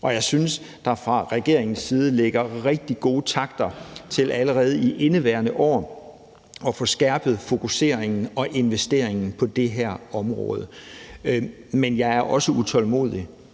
Jeg synes, at der fra regeringens side ligger rigtig gode takter i forhold til allerede i indeværende år at få skærpet fokuseringen og investeringen på det her område. Men jeg er også utålmodig,